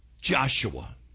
Joshua